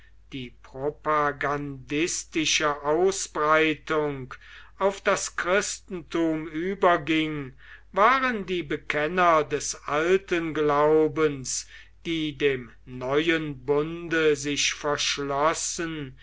die propagandistische ausbreitung auf das christentum überging waren die bekenner des alten glaubens die dem neuen bunde sich verschlossen